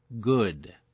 good